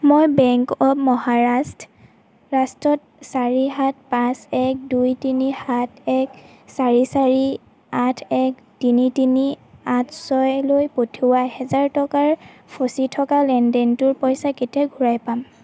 মই bank of Maharashtra ৰাষ্ট্ৰত চাৰি সাত পাঁচ এক দুই তিনি সাত এক চাৰি চাৰি আঠ এক তিনি তিনি আঠ ছয় লৈ পঠিওৱা এহাজাৰ টকাৰ ফচি থকা লেনদেনটোৰ পইচা কেতিয়া ঘূৰাই পাম